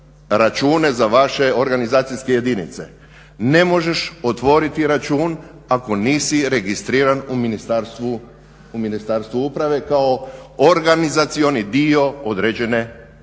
za vaše organizacijske jedinice? Ne možeš otvoriti račun ako nisi registriran u Ministarstvu uprave kao organizacioni dio određene stranke.